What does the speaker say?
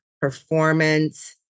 performance